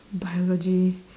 biology